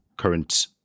current